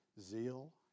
zeal